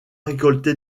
récolté